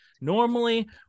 Normally